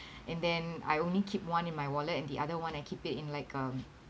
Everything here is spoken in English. and then I only keep one in my wallet and the other one I keep it in like um